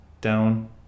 down